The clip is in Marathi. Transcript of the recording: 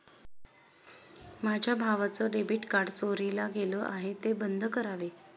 माझ्या भावाचं डेबिट कार्ड चोरीला गेलं आहे, ते बंद करावे